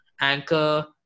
Anchor